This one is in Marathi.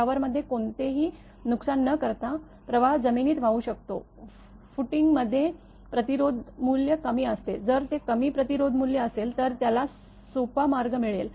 टॉवरमध्ये कोणतेही नुकसान न करता प्रवाह जमिनीत वाहू शकतो फूटिंगमध्ये प्रतिरोधमूल्य कमी असते जर ते कमी प्रतिरोधमूल्य असेल तर त्याला सोपा मार्ग मिळेल